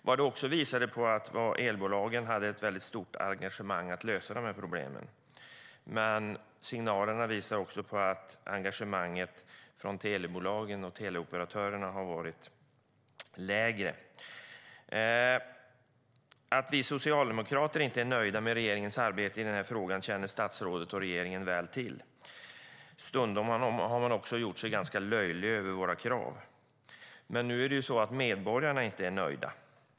Vad det också visade var att elbolagen hade ett stort engagemang i att lösa de här problemen, men signalerna visade också att engagemanget från telebolagen och teleoperatörerna var mindre. Att vi socialdemokrater inte är nöjda med regeringens arbete i den här frågan känner statsrådet och regeringen väl till. Stundom har man också gjort sig löjlig över våra krav. Men nu är det ju så att medborgarna inte är nöjda.